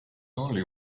only